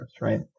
right